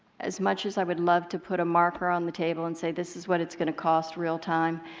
as much as i would love to put a marker on the table and say this is what it is going to cost real time,